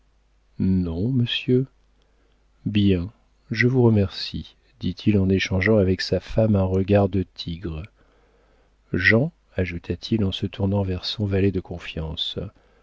non monsieur bien je vous remercie dit-il en échangeant avec sa femme un regard de tigre jean ajouta-t-il en se tournant vers son valet de confiance